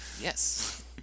Yes